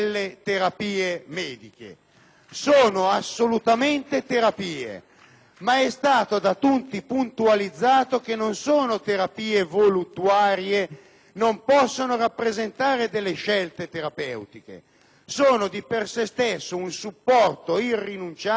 è stato da tutti puntualizzato - non sono voluttuarie, non possono rappresentare scelte terapeutiche, perché sono di per se stesse un supporto irrinunciabile per la condizione minimale di vita di ogni individuo.